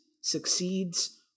succeeds